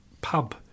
pub